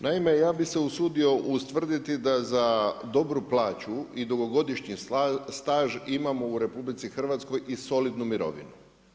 Naime, ja bi se usudio ustvrditi, da za dobru plaću i dugogodišnji staž imamo u RH i solidnu mirovinu.